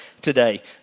today